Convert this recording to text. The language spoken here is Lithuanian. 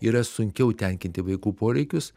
yra sunkiau tenkinti vaikų poreikius